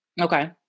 Okay